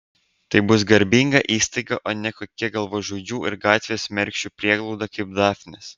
tai bus garbinga įstaiga o ne kokia galvažudžių ir gatvės mergšių prieglauda kaip dafnės